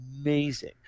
amazing